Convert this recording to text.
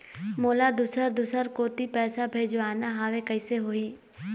मोला दुसर दूसर कोती पैसा भेजवाना हवे, कइसे होही?